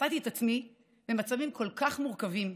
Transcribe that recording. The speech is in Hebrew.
מצאתי את עצמי במצבים כל כך מורכבים,